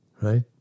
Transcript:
Right